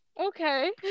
Okay